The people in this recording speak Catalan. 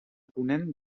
ponent